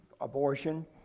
Abortion